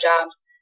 jobs